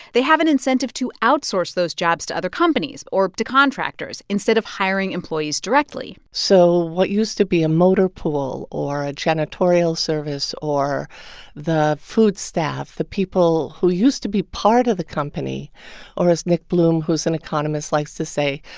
they have an incentive to outsource those jobs to other companies or to contractors instead of hiring employees directly so what used to be a motor pool or a janitorial service or the food staff, the people who used to be part of the company or, as nick bloom, who is an economist, likes to say,